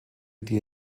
die